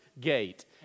gate